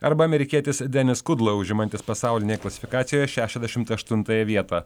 arba amerikietis denis kudla užimantis pasaulinėje klasifikacijoje šešiasdešimt aštuntąją vietą